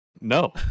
No